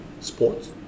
sports